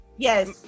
yes